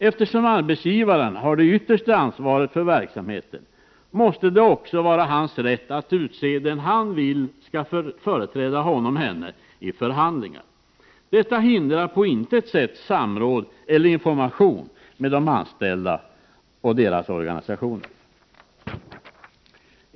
Eftersom arbetsgivaren har det yttersta ansvaret för verksamheten måste det också vara hans rätt att utse den han vill skall företräda honom i förhandlingar. Detta hindrar på intet sätt samråd eller information med de anställda och deras organisationer.